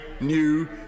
new